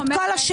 את כל השאלות.